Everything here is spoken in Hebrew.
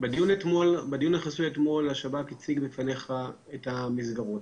בדיון החסוי אתמול השב"כ הציג בפניך את המסגרות.